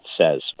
says